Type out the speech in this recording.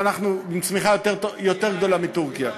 ואנחנו עם צמיחה יותר גדולה מטורקיה.